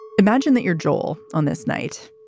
imagine that you're joel on this night.